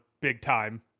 big-time